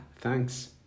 Thanks